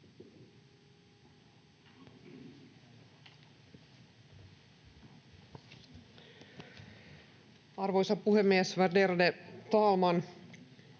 Arvoisa puhemies, ärade talman!